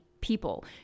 people